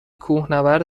کوهنورد